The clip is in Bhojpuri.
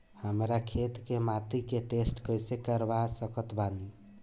हमरा खेत के माटी के टेस्ट कैसे करवा सकत बानी?